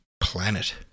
planet